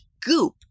Goop